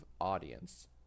audience